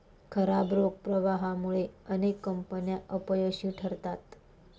खराब रोख प्रवाहामुळे अनेक कंपन्या अपयशी ठरतात